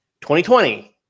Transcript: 2020